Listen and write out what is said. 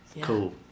cool